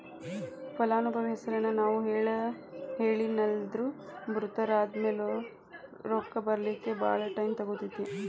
ಫಲಾನುಭವಿ ಹೆಸರನ್ನ ನಾವು ಹೇಳಿಲ್ಲನ್ದ್ರ ಮೃತರಾದ್ಮ್ಯಾಲೆ ರೊಕ್ಕ ಬರ್ಲಿಕ್ಕೆ ಭಾಳ್ ಟೈಮ್ ತಗೊತೇತಿ